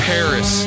Paris